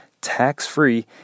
tax-free